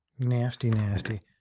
nasty, nasty.